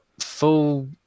Full